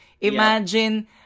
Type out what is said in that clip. Imagine